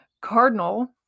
cardinal